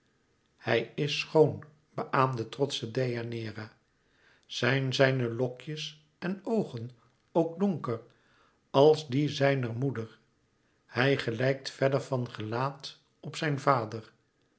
hij is schoon beaâmde trotsch deianeira zijn zijne lokjes en oogen ook donker als die zijner moeder hij gelijkt verder van gelaat op zijn vader